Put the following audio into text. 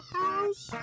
house